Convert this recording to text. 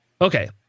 okay